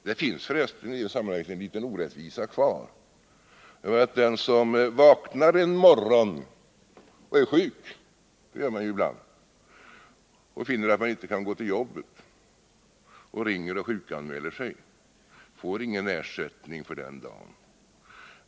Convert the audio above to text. Det finns för resten i det sammanhanget en liten orättvisa kvar. Den som vaknar en morgon och är sjuk — det gör man ju ibland — och finner att han inte kan gå till jobbet utan ringer och sjukanmäler sig får ingen ersättning för den dagen.